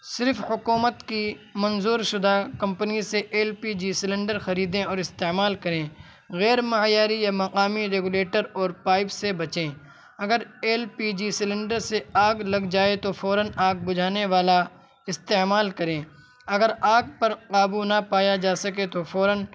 صرف حکومت کی منظور شدہ کمپنی سے ایل پی جی سلنڈر خریدیں اور استعمال کریں غیرمعیاری یا مقامی ریگولیٹر اور پائپ سے بچیں اگر ایل پی جی سلنڈر سے آگ لگ جائے تو فوراً آگ بجھانے والا استعمال کریں اگر آپ پر قابو نہ پایا جا سکے تو فوراً